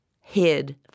hid